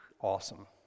awesome